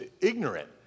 ignorant